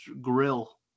grill